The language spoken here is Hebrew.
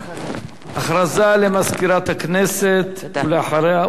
הודעה למזכירת הכנסת, ואחריה אורי אורבך.